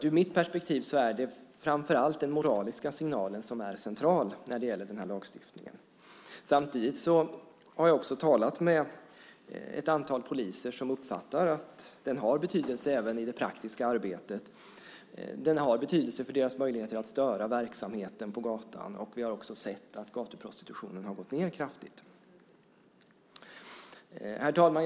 Ur mitt perspektiv är det framför allt den moraliska signalen som är central när det gäller den här lagstiftningen. Samtidigt har jag också talat med ett antal poliser som uppfattar att den har betydelse även i det praktiska arbetet. Den har betydelse för deras möjligheter att störa verksamheten på gatan, och vi har också sett att gatuprostitutionen har gått ned kraftigt. Herr talman!